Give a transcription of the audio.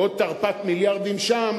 ועוד תרפ"ט מיליארדים שם,